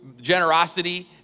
generosity